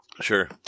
Sure